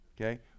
Okay